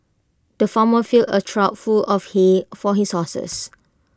the farmer filled A trough full of hay for his horses